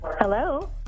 Hello